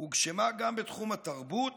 הוגשמה גם בתחום התרבות